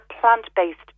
plant-based